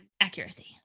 accuracy